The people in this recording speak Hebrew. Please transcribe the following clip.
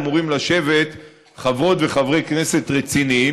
אמורים לשבת חברות וחברי כנסת רציניים,